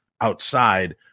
outside